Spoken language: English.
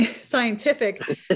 scientific